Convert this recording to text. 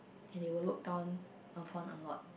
and it will look down upon a lot